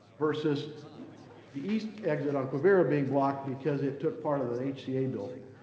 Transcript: versus the east exit on quivira being blocked because it took part of the hca building.